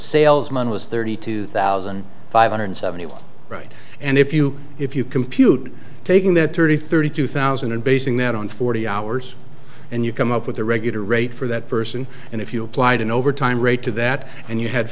salesman was thirty two thousand five hundred seventy one right and if you if you compute taking that thirty thirty two thousand and basing that on forty hours and you come up with a regular rate for that person and if you applied an overtime rate to that and you had